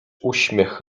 uśmiech